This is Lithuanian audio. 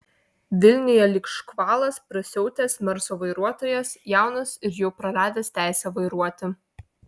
vilniuje lyg škvalas prasiautęs merso vairuotojas jaunas ir jau praradęs teisę vairuoti